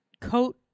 coat